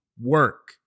work